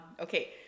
okay